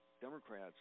Democrats